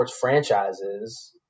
franchises